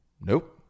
Nope